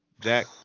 Jack